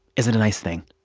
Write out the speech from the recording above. is it a nice thing?